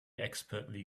expertly